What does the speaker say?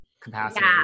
capacity